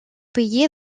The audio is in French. payé